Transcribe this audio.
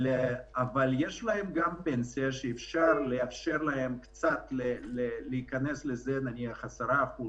אבל יש להם פנסיה, ואפשר לאפשר להם לקבל נניח 10%